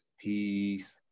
Peace